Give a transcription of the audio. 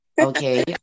okay